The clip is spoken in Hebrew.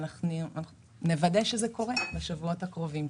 אנחנו נוודא שזה קורה בשבועות הקרובים.